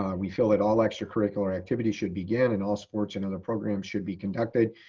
um we feel that all extracurricular activities should begin in all sports and other programs should be conducted,